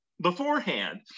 beforehand